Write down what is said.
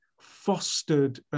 fostered